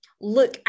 look